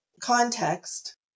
Context